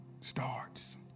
starts